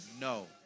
No